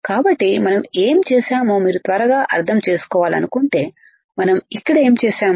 కాబట్టి మనం ఏమి చేసామో మీరు త్వరగా అర్థం చేసుకోవాలనుకుంటేమనం ఇక్కడ ఏమి చేసాము